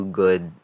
good